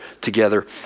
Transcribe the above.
together